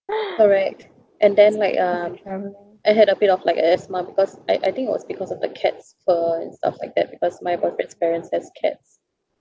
correct and then like um I had a bit of like asthma because I I think it was because of the cat's toys and stuff like that because my boyfriend's parents has cats